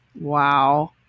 Wow